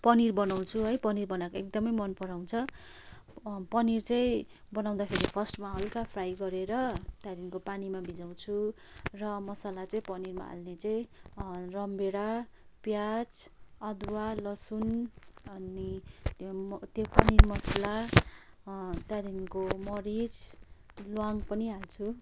पनिर बनाउँछु है पनिर बनाएको एकदमै मन पराउँछ पनिर चाहिँ बनाउँदाखेरि फर्स्टमा हलका फ्राई गरेर त्यहाँदेखिको पानीमा भिजाउँछु र मसला चाहिँ पनिरमा हाल्ने चाहिँ रामभेडा प्याज अदुवा लसुन अनि त्यो म त्यो पनिर मसला त्यहाँदेखिको मरिच ल्वाङ पनि हाल्छु